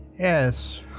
Yes